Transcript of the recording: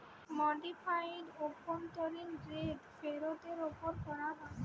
modified অভ্যন্তরীন rate ফেরতের ওপর করা হয়